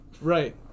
right